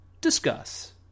discuss